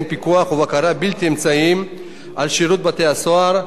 פיקוח ובקרה בלתי אמצעיים על שירות בתי-הסוהר,